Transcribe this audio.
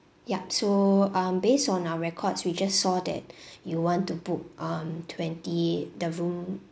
yup so um based on our records we just saw that you want to book um twenty the room